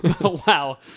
Wow